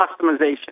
customization